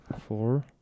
Four